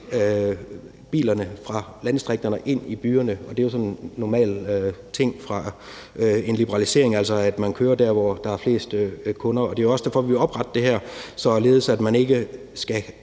bilerne fra landdistrikterne og ind i byerne. Det er jo sådan en normal ting, der sker i forbindelse med en liberalisering, altså at man kører der, hvor der er flest kunder, og det er jo også derfor, vi vil oprette det her, således at man ikke skal